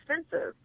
expensive